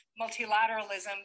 multilateralism